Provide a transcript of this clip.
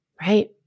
right